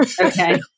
Okay